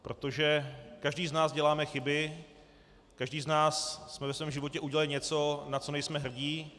Protože každý z nás děláme chyby, každý z nás jsme ve svém životě udělali něco, na co nejsme hrdí.